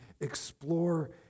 explore